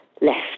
left